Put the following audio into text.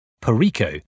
Perico